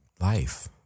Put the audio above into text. life